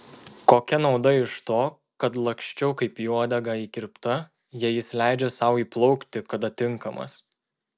kokia nauda iš to kad laksčiau kaip į uodegą įkirpta jei jis leidžia sau įplaukti kada tinkamas